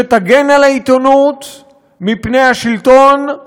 שתגן על העיתונות מפני השלטון,